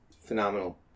phenomenal